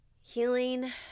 healing